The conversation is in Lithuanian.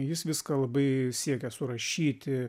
jis viską labai siekia surašyti